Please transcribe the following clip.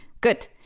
good